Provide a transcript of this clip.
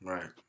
Right